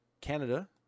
Canada